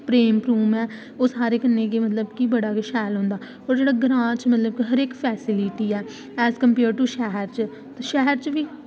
प्रेम ऐ ओह् मतलब की सारें कन्नै गै बड़ा होंदा होर जेह्ड़े ग्रांऽ च हर इक्क फेस्लिटी ऐ एज कम्पेअर टू शैह्र ते शैह्र च